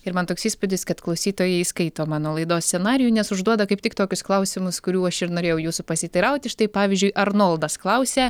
ir man toks įspūdis kad klausytojai skaito mano laidos scenarijų nes užduoda kaip tik tokius klausimus kurių aš ir norėjau jūsų pasiteirauti štai pavyzdžiui arnoldas klausia